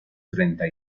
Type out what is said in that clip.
treinta